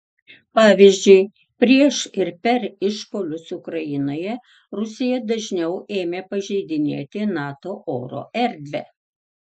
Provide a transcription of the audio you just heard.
pavyzdžiui prieš ir per išpuolius ukrainoje rusija dažniau ėmė pažeidinėti nato oro erdvę